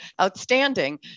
outstanding